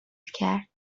کرد